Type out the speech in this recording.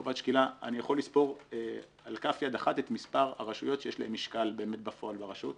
אני יכול לספור על כף יד אחת את מספר הרשויות שיש להן משקל בפועל ברשות.